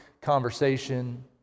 conversation